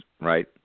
right